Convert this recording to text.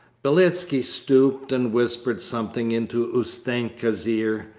beletski stooped and whispered something into ustenka's ear.